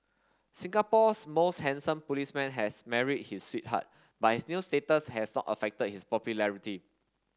Singapore's most handsome policeman has married his sweetheart but his new status has not affected his popularity